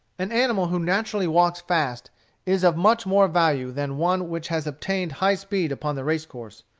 an animal who naturally walks fast is of much more value than one which has attained high speed upon the race-course.